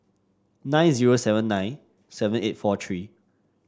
nine zero seven nine seven eight four three